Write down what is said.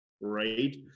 right